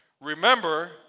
Remember